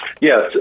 Yes